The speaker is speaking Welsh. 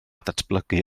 datblygu